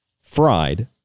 Fried